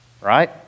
right